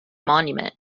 monument